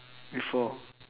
before